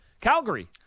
Calgary